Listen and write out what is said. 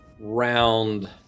round